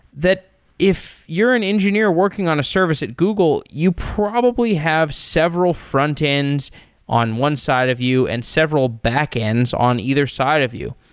that if you're an engineer working on a service at google, you probably have several frontends on one side of you and several backends on either side of you.